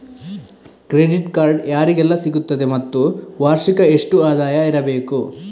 Credit card ಯಾರಿಗೆಲ್ಲ ಸಿಗುತ್ತದೆ ಮತ್ತು ವಾರ್ಷಿಕ ಎಷ್ಟು ಆದಾಯ ಇರಬೇಕು?